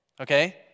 okay